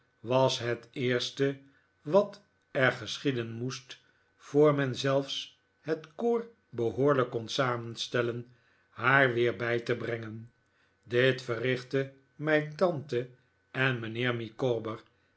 was het eerste wat er geschieden moest voor men zelfs het koor behoorlijk kon samenstellen haar weer bij te brengen dit verrichtten mijn tante en mijnheer